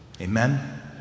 Amen